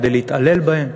כדי להתעלל בהם,